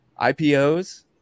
IPOs